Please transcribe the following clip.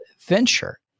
Venture